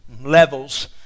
levels